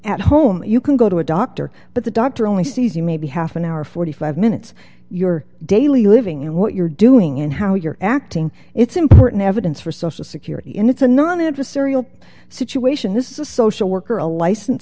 at home you can go to a doctor but the doctor only sees you maybe half an hour forty five minutes your daily living and what you're doing and how you're acting it's important evidence for social security and it's a non adversarial situation this is a social worker a license